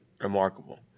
remarkable